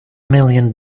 million